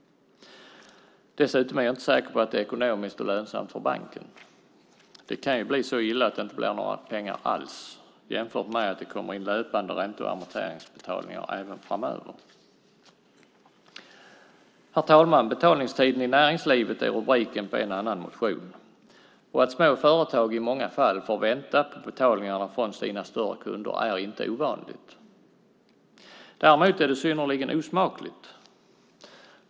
Dessutom är jag inte säker på att det är ekonomiskt och lönsamt för banken. Det kan bli så illa att det inte blir några pengar alls jämfört med att det kommer in löpande ränte och amorteringsbetalningar även framöver. Herr talman! Betalningstider i näringslivet är rubriken på en annan motion. Att små företag i många fall får vänta på betalningar från sina större kunder är inte ovanligt. Däremot är det synnerligen osmakligt.